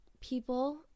people